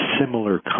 similar